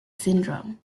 syndrome